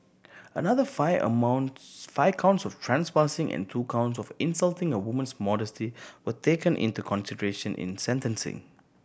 another five amounts five counts of trespassing and two counts of insulting a woman's modesty were taken into consideration in sentencing